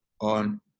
on